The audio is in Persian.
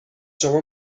شما